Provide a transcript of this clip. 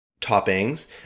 toppings